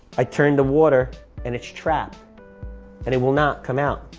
i turned the water and it's trapped and it will not come out.